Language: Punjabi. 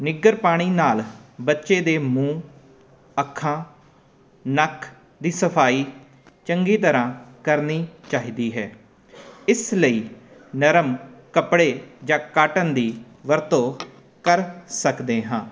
ਨਿੱਘਰ ਪਾਣੀ ਨਾਲ ਬੱਚੇ ਦੇ ਮੂੰਹ ਅੱਖਾਂ ਨੱਕ ਦੀ ਸਫਾਈ ਚੰਗੀ ਤਰ੍ਹਾਂ ਕਰਨੀ ਚਾਹੀਦੀ ਹੈ ਇਸ ਲਈ ਨਰਮ ਕੱਪੜੇ ਜਾਂ ਕਾਟਨ ਦੀ ਵਰਤੋਂ ਕਰ ਸਕਦੇ ਹਾਂ